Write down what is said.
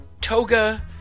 toga